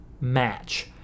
match